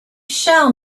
shall